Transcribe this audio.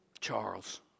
Charles